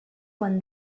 when